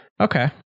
Okay